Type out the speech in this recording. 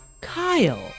Kyle